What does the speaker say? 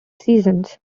seasons